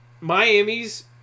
Miami's